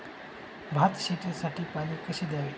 भात शेतीसाठी पाणी कसे द्यावे?